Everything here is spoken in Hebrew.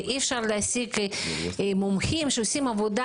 ואי אפשר להעסיק מומחים שעושים גם עבודה